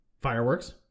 Fireworks